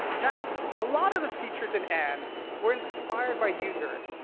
now, a lot of the features in n were inspired by users.